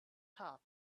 top